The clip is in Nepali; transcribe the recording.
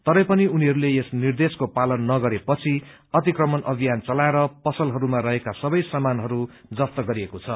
तरै पनि उनीहरूले यस निर्देशको पालन नगरे पछि अतिकमण अभियाण चलाएर पसलहरूमा रहेको सबे समानहरू जफ्त गरिएको छ